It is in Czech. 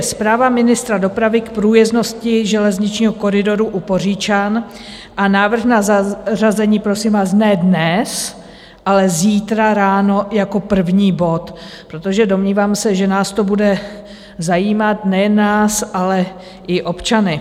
Zpráva ministra dopravy k průjezdnosti železničního koridoru u Poříčan a návrh na zařazení, prosím vás, ne dnes, ale zítra ráno jako první bod, protože domnívám se, že nás to bude zajímat, nejen nás, ale i občany.